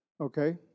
okay